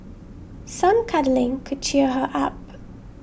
some cuddling could cheer her up